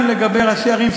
גם לגבי ראשי ערים,